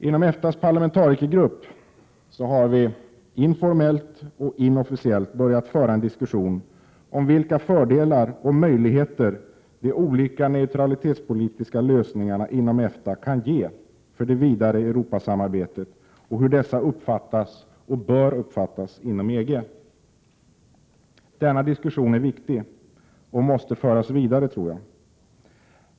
Inom EFTA:s parlamentarikergrupp har vi informellt och inofficiellt börjat föra en diskussion om vilka fördelar och möjligheter de olika neutralitetspolitiska lösningarna inom EFTA kan ge för det vidare Europasamarbetet och hur dessa uppfattas och bör uppfattas inom EG. Denna diskussion är viktig och måste föras vidare.